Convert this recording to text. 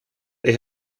they